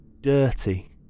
dirty